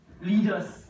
leaders